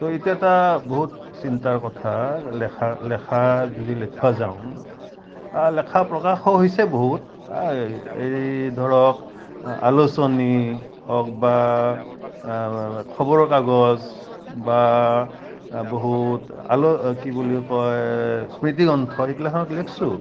তো এইটো এটা বহুত চিন্তাৰ কথা লেখাৰ লেখা যদি লেখিব যাওঁ আ লেখা প্ৰকাশো হৈছে বহুত আ এই ধৰক আলোচনী হওক বা খবৰ কাগজ বা বহুত আলো কি বুলি কয় স্মৃতিগ্ৰন্থ এইগিলাখনত লিখিছোঁ